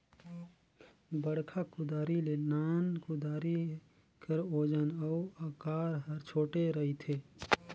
बड़खा कुदारी ले नान कुदारी कर ओजन अउ अकार हर छोटे रहथे